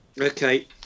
Okay